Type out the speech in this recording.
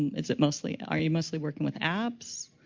is it mostly, are you mostly working with apps,